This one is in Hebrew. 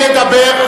אני אדבר,